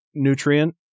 nutrient